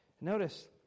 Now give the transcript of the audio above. Notice